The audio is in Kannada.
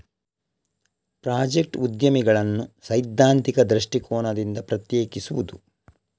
ಪ್ರಾಜೆಕ್ಟ್ ಉದ್ಯಮಿಗಳನ್ನು ಸೈದ್ಧಾಂತಿಕ ದೃಷ್ಟಿಕೋನದಿಂದ ಪ್ರತ್ಯೇಕಿಸುವುದು